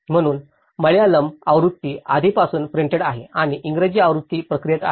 म्हणून मल्याळम आवृत्ती आधीपासून प्रिंटेड आहे आणि इंग्रजी आवृत्ती प्रक्रियेत आहे